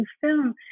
film